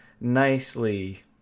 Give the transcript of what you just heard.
nicely